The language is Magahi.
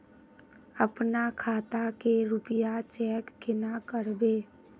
अपना खाता के रुपया चेक केना करबे?